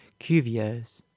cuviers